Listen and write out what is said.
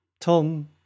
Tom